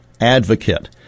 advocate